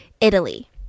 italy